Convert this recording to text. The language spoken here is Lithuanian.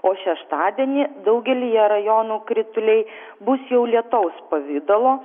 o šeštadienį daugelyje rajonų krituliai bus jau lietaus pavidalo